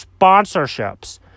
Sponsorships